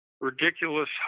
ridiculous